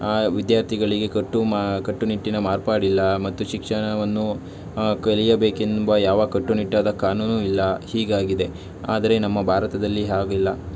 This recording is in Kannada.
ಆ ವಿದ್ಯಾರ್ಥಿಗಳಿಗೆ ಕಟ್ಟು ಮಾ ಕಟ್ಟುನಿಟ್ಟಿನ ಮಾರ್ಪಾಡಿಲ್ಲ ಮತ್ತು ಶಿಕ್ಷಣವನ್ನು ಕಲಿಯಬೇಕೆನ್ನುವ ಯಾವ ಕಟ್ಟುನಿಟ್ಟಾದ ಕಾನೂನು ಇಲ್ಲ ಹೀಗಾಗಿದೆ ಆದರೆ ನಮ್ಮ ಭಾರತದಲ್ಲಿ ಹಾಗಿಲ್ಲ